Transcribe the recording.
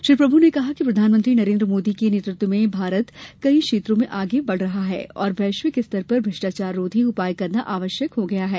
श्री प्रभु ने कहा कि प्रधानमंत्री नरेन्द्र मोदी के नेतृत्व में भारत कई क्षेत्रों में आगे बढ़ रहा है और वैश्विक स्तर पर भ्रष्टाचाररोधी उपाय करना आवश्यक हो गया है